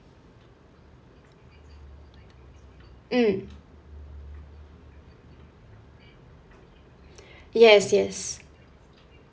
mm yes yes